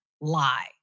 lie